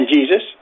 Jesus